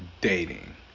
dating